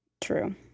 True